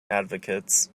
advocates